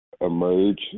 emerge